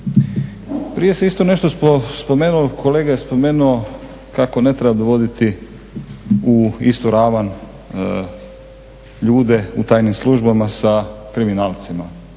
Prije se isto nešto spomenulo, kolega je spomenuo kako ne treba dovoditi u istu ravan ljude u tajnim službama sa kriminalcima,